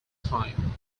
time